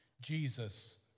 Jesus